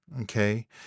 Okay